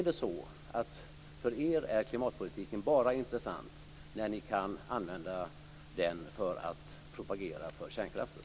Eller är klimatpolitiken bara intressant för er när ni kan använda den för att propagera för kärnkraften?